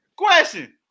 Question